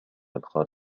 الخارج